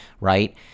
right